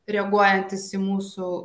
reaguojantis į mūsų